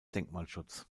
denkmalschutz